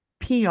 PR